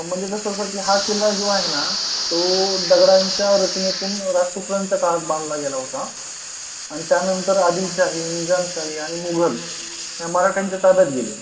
म्हणजे कसं असं की हा किल्ला जो आहे ना तो दगडांच्या रचनेतून राष्ट्रकुटांचा काळात बांधला गेला होता आणि त्यानंतर आदिलशाही निजामशाही आणि मुघल या मराठांच्या ताब्यात गेले